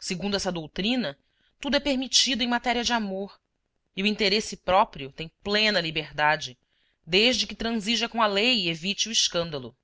segundo essa doutrina tudo é permitido em matéria de amor e o interesse próprio tem plena liberdade desde que transija com a lei e evite o escândalo